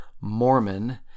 Mormon